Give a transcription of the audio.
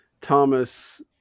Thomas